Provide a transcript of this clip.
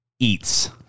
Eats